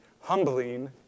humbling